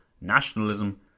nationalism